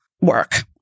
work